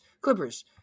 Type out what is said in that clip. Clippers